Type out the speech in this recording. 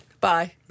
Bye